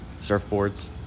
surfboards